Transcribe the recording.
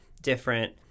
different